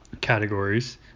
categories